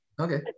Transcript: okay